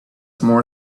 more